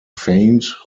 faint